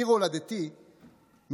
עיר הולדתי,